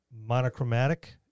monochromatic